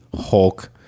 hulk